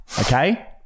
Okay